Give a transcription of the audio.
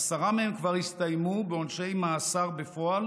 עשרה מהם כבר הסתיימו בעונשי מאסר בפועל